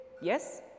Yes